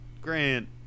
Grant